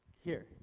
here.